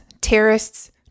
Terrorists